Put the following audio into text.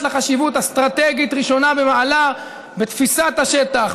לה חשיבות אסטרטגית ראשונה במעלה בתפיסת השטח,